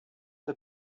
der